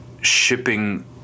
shipping